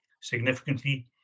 significantly